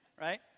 right